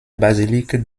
basilique